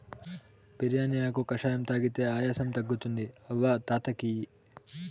బిర్యానీ ఆకు కషాయం తాగితే ఆయాసం తగ్గుతుంది అవ్వ తాత కియి